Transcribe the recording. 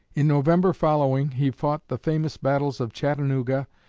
in november following he fought the famous battles of chattanooga,